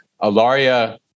alaria